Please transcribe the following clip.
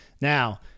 Now